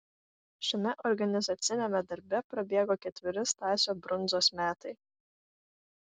šiame organizaciniame darbe prabėgo ketveri stasio brundzos metai